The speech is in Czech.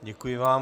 Děkuji vám.